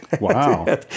Wow